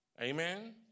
Amen